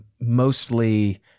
mostly